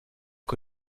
que